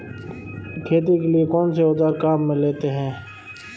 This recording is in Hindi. खेती के लिए कौनसे औज़ार काम में लेते हैं?